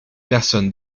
personnes